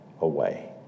away